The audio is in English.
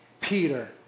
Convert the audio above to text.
Peter